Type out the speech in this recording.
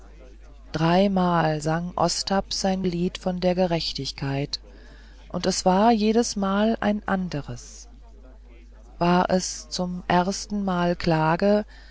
dreimal sang ostap sein lied von der gerechtigkeit und es war jedesmal ein anderes war es zum erstenmal klage